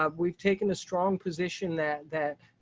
um we've taken a strong position that that